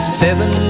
seven